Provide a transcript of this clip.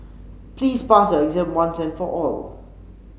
please pass your exam once and for all